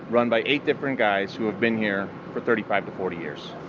run by eight different guys who have been here for thirty five forty years.